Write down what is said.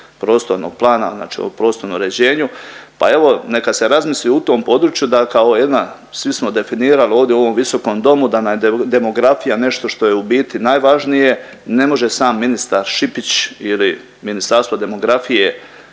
prostornog plana, znači o prostornom uređenju. Pa evo neka se razmisli u tom području da kao jedna svi smo definirali ovdje u ovom Visokom domu da nam je demografija nešto što je u biti najvažnije ne može sam ministar Šipić ili Ministarstvo demografije